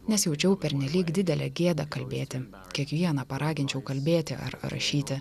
nes jaučiau pernelyg didelę gėdą kalbėti kiekvieną paraginčiau kalbėti ar rašyti